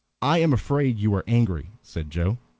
i am afraid you are angry, said joe,